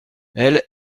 elles